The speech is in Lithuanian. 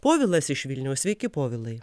povilas iš vilniaus sveiki povilai